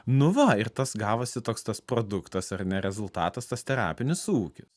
nu va ir tas gavosi toks tas produktas ar ne rezultatas tas terapinis ūkis